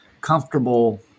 comfortable